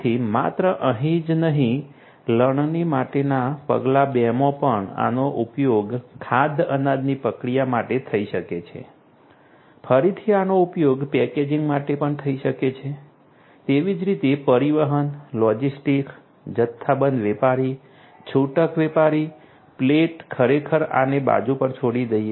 તેથી માત્ર અહીં જ નહીં લણણી માટેના પગલા 2 માં પણ આનો ઉપયોગ ખાદ્ય અનાજની પ્રક્રિયા માટે થઈ શકે છે ફરીથી આનો ઉપયોગ પેકેજિંગ માટે પણ થઈ શકે છે તેવી જ રીતે પરિવહન લોજિસ્ટિક્સ જથ્થાબંધ વેપારી છૂટક વેપારી પ્લેટ ખરેખર આને બાજુ પર છોડી દઈએ